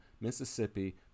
Mississippi